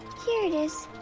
here it is.